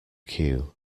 queue